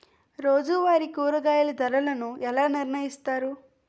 రోజువారి కూరగాయల ధరలను ఎలా నిర్ణయిస్తారు?